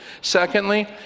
Secondly